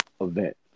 event